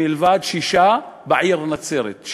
מלבד שישה בעיר נצרת,